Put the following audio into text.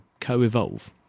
co-evolve